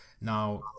Now